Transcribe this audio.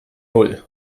null